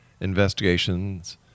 investigations